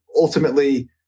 ultimately